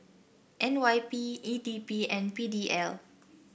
N Y P E D B and P D L